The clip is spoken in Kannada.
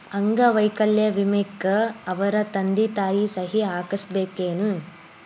ಅಂಗ ವೈಕಲ್ಯ ವಿಮೆಕ್ಕ ಅವರ ತಂದಿ ತಾಯಿ ಸಹಿ ಹಾಕಸ್ಬೇಕೇನು?